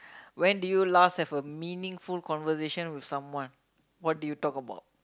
when did you last have a meaningful conversation with someone what did you talk about